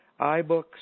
iBooks